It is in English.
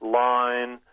line